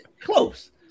Close